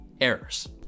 errors